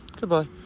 goodbye